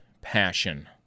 passion